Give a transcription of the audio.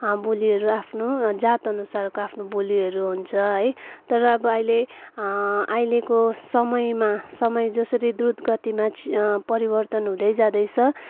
बोलीहरू आफ्नो जात अनुसारको आफ्नो बोलीहरू हुन्छ है तर अब अहिले अहिलेको समयमा समय जसरी द्रुत गतिमा परिवर्तन हुँदै जाँदैछ